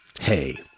Hey